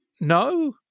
no